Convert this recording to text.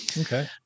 Okay